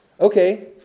Okay